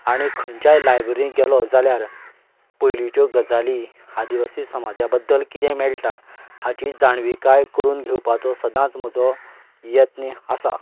आनी खंयच्याय लायब्ररी गेलो जाल्यार पयलींच्यो गजाली आदिवासी समाजा बद्दल कितें मेळटा हाजी जाणविकाय करून घेवपाचो सदांच म्हजो यत्न आसा